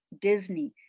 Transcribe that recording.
Disney